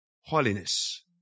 holiness